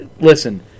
Listen